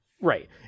Right